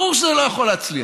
ברור שזה לא יכול להצליח.